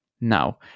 now